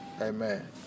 Amen